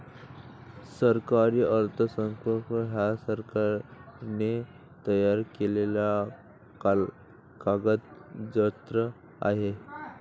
सरकारी अर्थसंकल्प हा सरकारने तयार केलेला कागदजत्र आहे